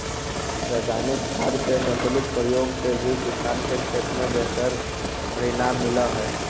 रसायनिक खाद के संतुलित प्रयोग से भी किसान के खेत में बेहतर परिणाम मिलऽ हई